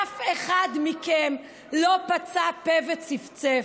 אף אחד מכם לא פצה פה וצפצף.